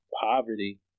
poverty